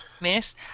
miss